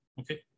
okay